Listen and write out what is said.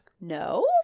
No